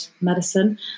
medicine